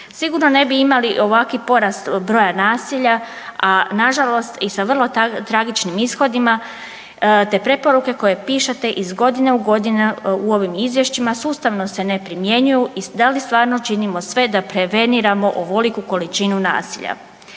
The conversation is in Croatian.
Sigurno ne bi imali ovaki porast broja nasilja, a na žalost i sa vrlo tragičnim ishodima te preporuke koje pišete iz godine u godinu u ovim izvješćima sustavno se ne primjenjuju i da li stvarno činimo sve da preveniramo ovoliku količinu nasilja.